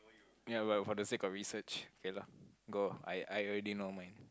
ya well for the sake of research okay lah go I I already know mine